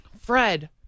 fred